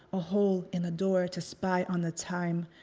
a hole in a door to spy on the time,